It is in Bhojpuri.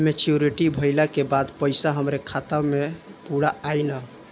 मच्योरिटी भईला के बाद पईसा हमरे खाता म पूरा आई न?